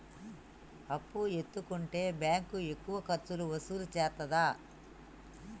అప్పు ఎత్తుకుంటే బ్యాంకు ఎక్కువ ఖర్చులు వసూలు చేత్తదా?